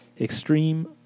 extreme